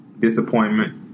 disappointment